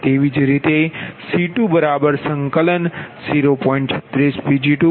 તેવી જ રીતે C20